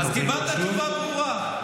אז קיבלת תשובה ברורה.